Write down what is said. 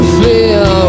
feel